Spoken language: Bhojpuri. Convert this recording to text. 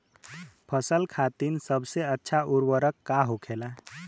फसल खातीन सबसे अच्छा उर्वरक का होखेला?